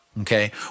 okay